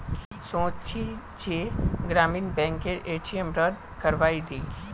सोच छि जे ग्रामीण बैंकेर ए.टी.एम रद्द करवइ दी